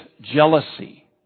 jealousy